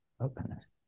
openness